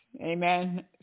amen